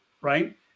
right